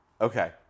okay